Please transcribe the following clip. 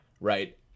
right